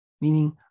Meaning